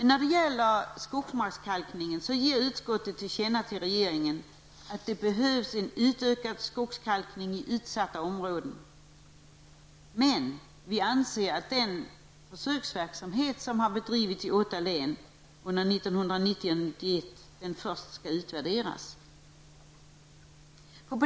Utskottet ger regeringen till känna att det behövs en utökad skogskalkning i utsatta områden, men att den i åtta län bedrivna försöksverksamheten under 1990 och 1991 först bör utvärderas.